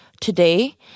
today